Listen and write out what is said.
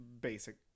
basic